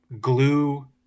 glue